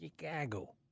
Chicago